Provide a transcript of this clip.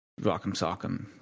rock'em-sock'em